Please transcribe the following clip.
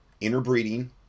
interbreeding